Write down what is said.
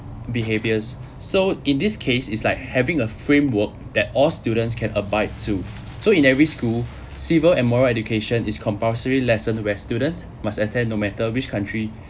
behaviors so in this case is like having a framework that all students can abide to so in every school civil and moral education is compulsory lesson where students must attend no matter which country